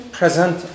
present